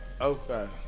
Okay